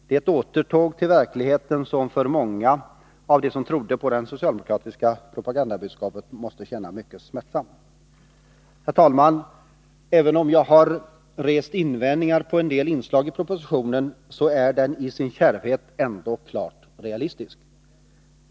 Det är ett återtåg till verkligheten som för många av dem som trodde på det socialdemokratiska propagandabudskapet måste kännas mycket smärtsamt. Herr talman! Även om jag rest invändningar mot en del inslag i propositionen, så är den i sin kärvhet ändå klart realistisk.